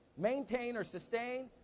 maintain or sustain,